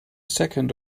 second